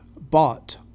bought